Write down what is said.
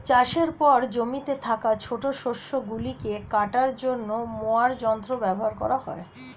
চাষের পর জমিতে থাকা ছোট শস্য গুলিকে কাটার জন্য মোয়ার যন্ত্র ব্যবহার করা হয়